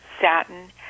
satin